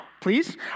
please